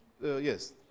yes